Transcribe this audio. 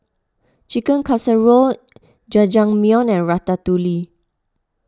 Chicken Casserole Jajangmyeon and Ratatouille